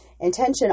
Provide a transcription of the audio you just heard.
intention